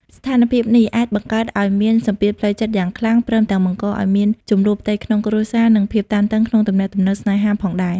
ស្ថានភាពនេះអាចបង្កើតឲ្យមានសម្ពាធផ្លូវចិត្តយ៉ាងខ្លាំង ព្រមទាំងបង្កឲ្យមានជម្លោះផ្ទៃក្នុងគ្រួសារ និងភាពតានតឹងក្នុងទំនាក់ទំនងស្នេហាផងដែរ។